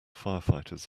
firefighters